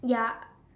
ya